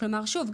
כלומר שוב,